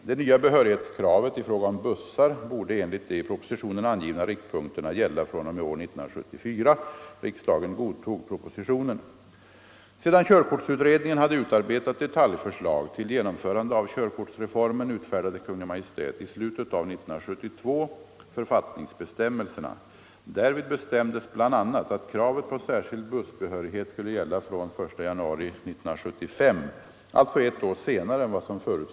Det nya behörighetskravet i fråga om bussar borde enligt de i propositionen angivna riktpunkterna gälla fr.o.m. år 1974. Riksdagen godtog propositionen.